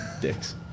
dicks